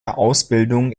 ausbildung